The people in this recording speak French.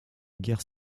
guerre